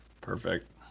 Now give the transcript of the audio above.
Perfect